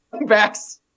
backs